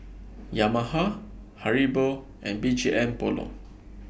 Yamaha Haribo and B G M Polo